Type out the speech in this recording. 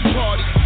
party